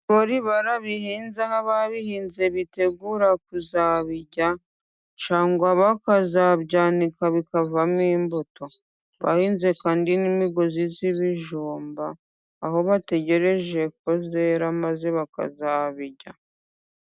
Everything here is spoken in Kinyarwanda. Ibigori barabihinze aho babihinze bitegura kuzabirya, cyangwa bakazabyanika bikavamo imbuto, bahinze kandi n'imigozi y'ibijumba, aho bategereje ko yera maze bakazabirya.